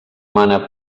mana